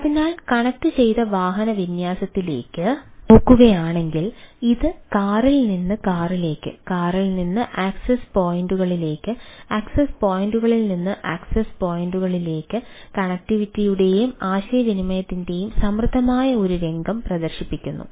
അതിനാൽ കണക്റ്റുചെയ്ത വാഹന വിന്യാസത്തിലേക്ക് നോക്കുകയാണെങ്കിൽ ഇത് കാറിൽ നിന്ന് കാറിലേക്ക് കാറിൽ നിന്ന് ആക്സസ്സ് പോയിന്റുയുടെയും ആശയവിനിമയത്തിന്റെയും സമൃദ്ധമായ ഒരു രംഗം പ്രദർശിപ്പിക്കുന്നു